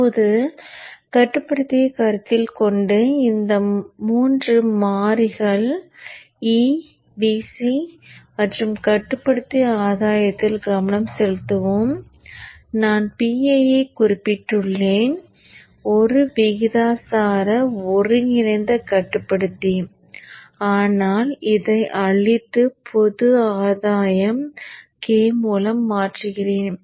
இப்போது கட்டுப்படுத்தியை கருத்தில் கொண்டு இந்த 3 மாறிகள் e Vc மற்றும் கட்டுப்படுத்தி ஆதாயத்தில் கவனம் செலுத்துவோம் நான் PI ஐக் குறிப்பிட்டுள்ளேன் ஒரு விகிதாசார ஒருங்கிணைந்த கட்டுப்படுத்தி ஆனால் இதை அழித்து பொது ஆதாயம் k மூலம் மாற்றுகிறேன்